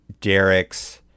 Derek's